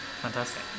fantastic